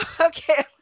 okay